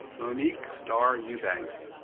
monique star eubanks.